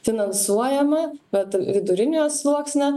finansuojama bet viduriniojo sluoksnio